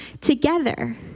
together